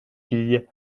fille